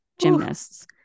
gymnasts